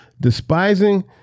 despising